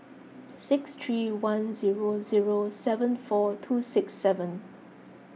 six three one zero zero seven four two six seven